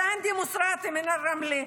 סאנדי מוסראתי מרמלה,